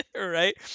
Right